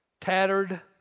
tattered